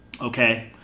Okay